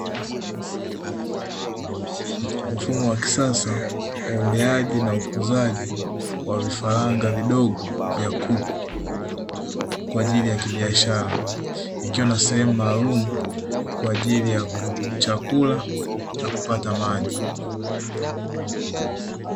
Mfumo wa kisasa wa uleaji na ukuzaji wa vifaranga vidogo vya kuku kwa ajili ya kibiashara, ikiwa ina sehemu maalumu kwa ajili ya chakula na kupata maji.